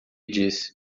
disse